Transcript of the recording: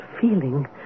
feeling